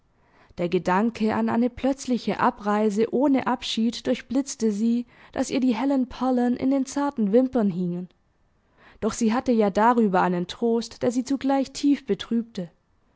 der gedanke an eine plötzliche abreise ohne abschied durchblitzte sie daß ihr die hellen perlen in den zarten wimpern hingen doch sie hatte ja darüber einen trost der sie zugleich tief betrübte